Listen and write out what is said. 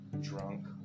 Drunk